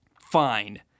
Fine